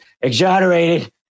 exonerated